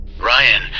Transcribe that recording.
Ryan